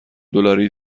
دلاری